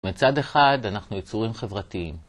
מצד אחד אנחנו יצורים חברתיים.